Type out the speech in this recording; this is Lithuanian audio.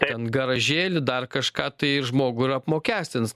ten garažėlį dar kažką tai ir žmogų ir apmokestins